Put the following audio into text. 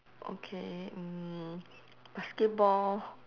okay mm basketball